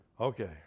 Okay